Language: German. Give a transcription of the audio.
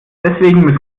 deswegen